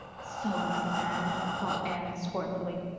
so like a man, thought anne scornfully.